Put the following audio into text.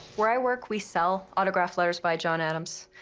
where i work, we sell autographed letters by john adams.